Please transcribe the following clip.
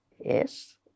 Yes